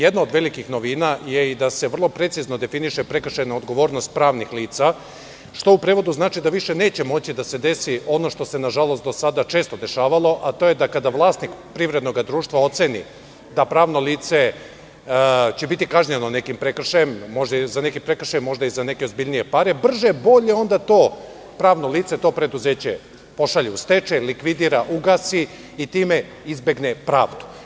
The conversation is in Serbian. Jedna od velikih novina je da se vrlo precizno definiše prekršajna odgovornost pravnih lica, što u prevodu znači da više moći da se desi ono što se nažalost često dešavalo, a to je da kada vlasnik privrednog društva oceni da će pravno lice biti kažnjeno nekim prekršajem, možda za neki prekršaj i za neke ozbiljnije pare, brže-bolje to pravno lice, to preduzeće pošalje u stečaj, likvidira, ugasi i time izbegne pravdu.